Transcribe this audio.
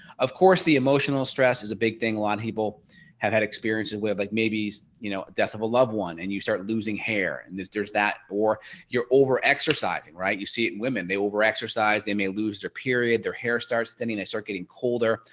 of course the emotional stress is a big thing, a lot of people have had experiences with like maybe you know death of a loved one and you start losing hair and there's there's that or you're over exercising right you see it women they over exercise they may lose their period their hair starts thinning they start getting colder.